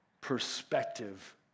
perspective